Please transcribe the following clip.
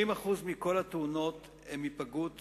80% מכל התאונות הם היפגעות